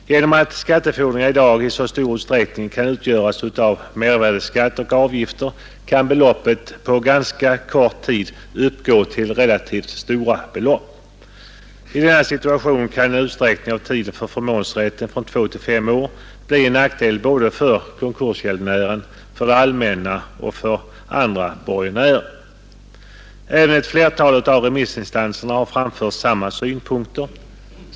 Genom att skattefordringar i dag i stor utsträckning kan utgöras av mervärdeskatt och avgifter kan beloppet på ganska kort tid uppgå till relativt stora belopp. I denna situation kan en utsträckning av tiden för förmånsrätten från två till fem år bli en nackdel för konkursgäldenären, för det allmänna och för andra borgenärer. Även ett flertal av remissinstanserna har framfört samma synpunkter.